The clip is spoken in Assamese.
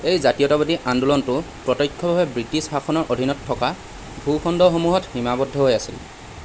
এই জাতীয়তাবাদী আন্দোলনটো প্ৰত্যক্ষভাৱে ব্ৰিটিছ শাসনৰ অধীনত থকা ভূখণ্ডসমূহত সীমাবদ্ধ হৈ আছিল